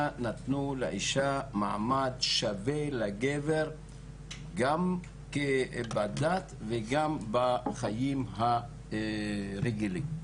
נתנו לאישה מעמד שווה לגבר גם בדת וגם בחיים הרגילים.